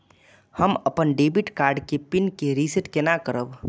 हम अपन debit card के पिन के रीसेट केना करब?